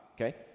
okay